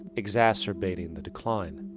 exacerbating the decline.